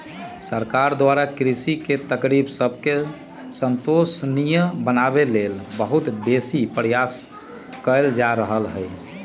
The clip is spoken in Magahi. सरकार द्वारा कृषि के तरकिब सबके संपोषणीय बनाबे लेल बहुत बेशी प्रयास कएल जा रहल हइ